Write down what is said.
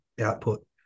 output